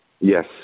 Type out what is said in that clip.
Yes